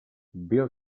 bill